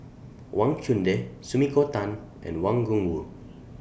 Wang Chunde Sumiko Tan and Wang Gungwu